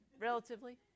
relatively